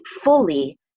fully